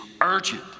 urgent